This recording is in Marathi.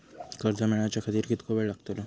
कर्ज मेलाच्या खातिर कीतको वेळ लागतलो?